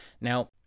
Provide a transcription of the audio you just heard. Now